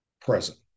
present